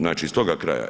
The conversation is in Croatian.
Znači iz toga kraja.